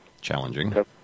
Challenging